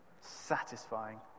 satisfying